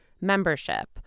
membership